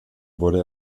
wurde